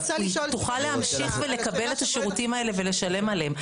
היא תוכל להמשיך ולקבל את השירותים האלה ולשלם עליהם.